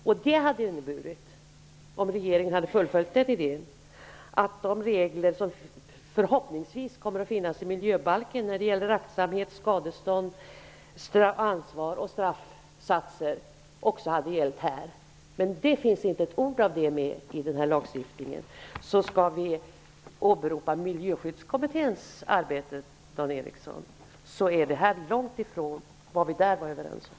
Om regeringen hade fullföljt den idén skulle det ha inneburit att de regler som förhoppningsvis kommer att finnas i miljöbalken när det gäller aktsamhet, skadestånd, ansvar och straffsatser också hade gällt här. Men det sägs inte ett ord om det i den här lagstiftningen. Skall vi alltså åberopa Miljöskyddskommitténs arbete, Dan Ericsson, är det här långt ifrån vad vi där var överens om.